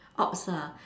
ops ah